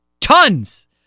Tons